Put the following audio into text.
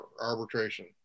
arbitration